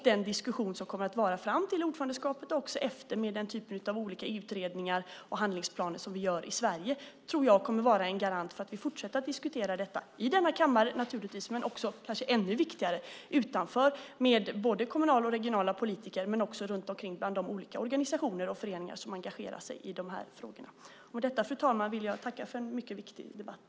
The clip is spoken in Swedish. Den diskussion som kommer att föras fram till ordförandeskapet och efter med den typ av utredningar och handlingsplaner vi gör i Sverige kommer att vara en garant för att vi ska fortsätta att diskutera dessa frågor i denna kammare och utanför med kommunala och regionala politiker och bland de organisationer och föreningar som engagerar sig i frågorna. Fru talman! Med detta vill jag tacka för en mycket viktig debatt.